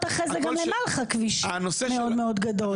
אחרי זה גם למלחה כביש מאוד מאוד גדול.